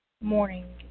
morning